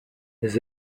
his